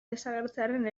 desagertzearen